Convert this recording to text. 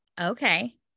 Okay